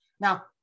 Now